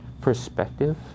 perspective